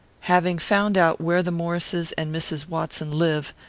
having found out where the maurices and mrs. watson live,